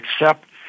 accept